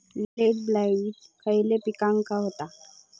Late blight खयले पिकांका होता?